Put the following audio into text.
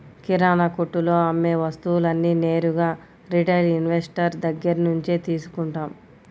కిరణాకొట్టులో అమ్మే వస్తువులన్నీ నేరుగా రిటైల్ ఇన్వెస్టర్ దగ్గర్నుంచే తీసుకుంటాం